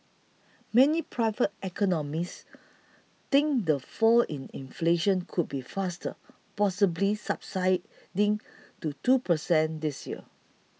many private economists think the fall in inflation could be faster possibly subsiding to two per cent this year